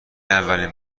اولین